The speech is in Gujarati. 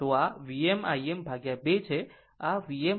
તો આ Vm Im2 છે